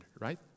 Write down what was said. right